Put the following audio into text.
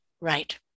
Right